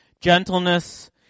Gentleness